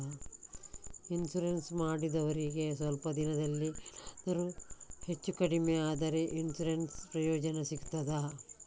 Insurance ಮಾಡಿದವರಿಗೆ ಸ್ವಲ್ಪ ದಿನದಲ್ಲಿಯೇ ಎನಾದರೂ ಹೆಚ್ಚು ಕಡಿಮೆ ಆದ್ರೆ ಆ ಇನ್ಸೂರೆನ್ಸ್ ನ ಪ್ರಯೋಜನ ಸಿಗ್ತದ?